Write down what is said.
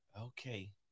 Okay